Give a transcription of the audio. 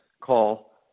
call